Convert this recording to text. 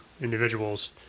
individuals